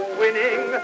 winning